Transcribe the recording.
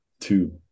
two